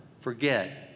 forget